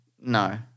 No